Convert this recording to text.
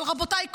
אבל רבותיי,